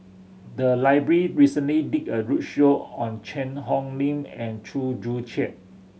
the library recently did a roadshow on Cheang Hong Lim and Chew Joo Chiat